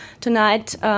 tonight